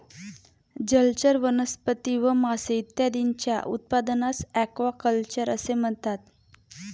जलचर वनस्पती व मासे इत्यादींच्या उत्पादनास ॲक्वाकल्चर असे म्हणतात